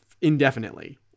indefinitely